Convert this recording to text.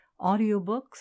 audiobooks